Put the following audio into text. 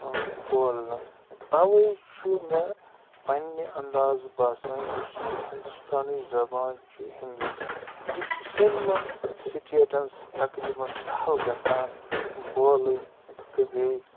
بولنہٕ تَوَے چھُ مےٚ پَنٕنہِ انٛدازٕ باسان یُس یہِ ہِندوستانٕچ زبان چھِ ہیندی یہِ چھُ سٲلمَن سِٹیٹن تقریباً سَہَل گَژھان بولٕنۍ تہٕ بیٚیہِ